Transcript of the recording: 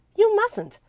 you mustn't.